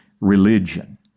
religion